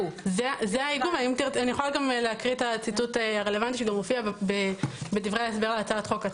אני יכולה גם להקריא את הציטוט הרלוונטי שמופיע בדברי ההסבר להצעת החוק.